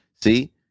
See